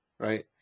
Right